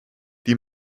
die